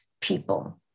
people